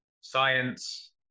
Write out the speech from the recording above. science